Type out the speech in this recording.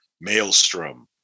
Maelstrom